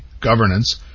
governance